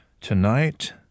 tonight